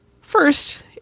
First